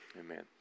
Amen